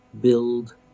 build